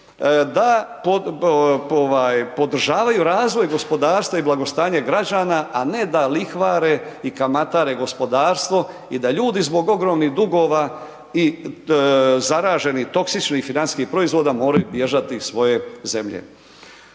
ovaj podržavaju razvoj gospodarstva i blagostanje građana, a ne da lihvare i kamatare gospodarstvo i da ljudi zbog ogromnih dugova i zaraženih toksičnih i financijskih proizvoda moraju bježati iz svoje zemlje.